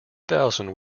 thousand